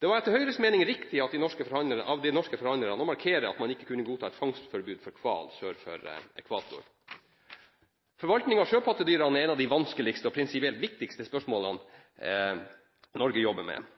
Det var etter Høyres mening riktig av de norske forhandlerne å markere at man ikke kunne godta et fangstforbud for hval sør for ekvator. Forvaltning av sjøpattedyrene er et av de vanskeligste og prinsipielt viktigste spørsmålene Norge jobber med.